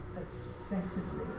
excessively